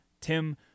Tim